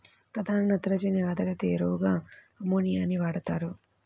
ప్రధాన నత్రజని ఆధారిత ఎరువుగా అమ్మోనియాని వాడుతారు